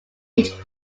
each